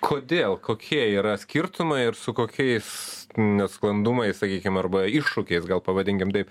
kodėl kokie yra skirtumai ir su kokiais nesklandumais sakykim arba iššūkiais gal pavadinkim taip